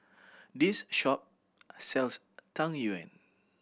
this shop sells Tang Yuen